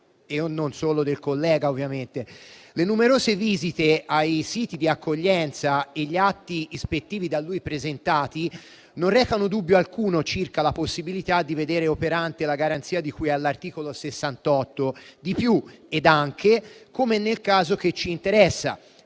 e non solo del collega ovviamente: le numerose visite ai siti di accoglienza e gli atti ispettivi da lui presentati non recano dubbio alcuno circa la possibilità di vedere operante la garanzia di cui all'articolo 68; di più ed anche, come nel caso che ci interessa,